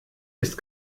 ist